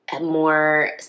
more